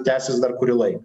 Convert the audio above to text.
tęsis dar kurį laiką